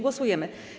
Głosujemy.